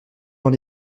dans